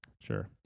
Sure